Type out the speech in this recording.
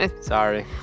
sorry